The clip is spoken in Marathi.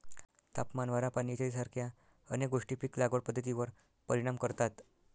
तापमान, वारा, पाणी इत्यादीसारख्या अनेक गोष्टी पीक लागवड पद्धतीवर परिणाम करतात